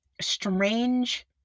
strange